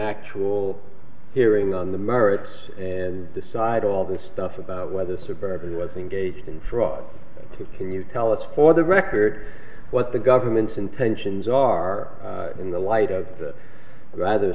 actual hearing on the murders and decide all this stuff about whether suburban was engaged in fraud can you tell us for the record what the government's intentions are in the light of the rather